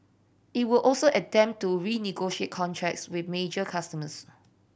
it would also attempt to renegotiate contracts with major customers